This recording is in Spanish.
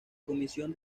comisión